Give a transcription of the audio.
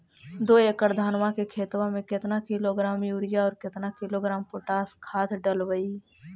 दो एकड़ धनमा के खेतबा में केतना किलोग्राम युरिया और केतना किलोग्राम पोटास खाद डलबई?